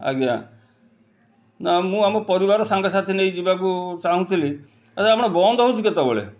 ଆଜ୍ଞା ନା ମୁଁ ଆମ ପରିବାର ସାଙ୍ଗସାଥୀ ନେଇ ଯିବାକୁ ଚାହୁଁଥିଲି ଏଇଟା ଆପଣ ବନ୍ଦ ହେଉଛି କେତେବେଳେ